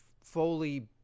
Foley